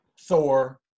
Thor